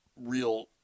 real